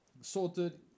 sorted